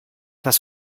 das